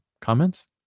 comments